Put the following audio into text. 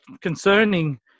concerning